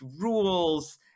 rules